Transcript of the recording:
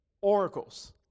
oracles